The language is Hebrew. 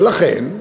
ולכן,